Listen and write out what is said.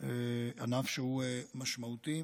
ענף שהוא משמעותי,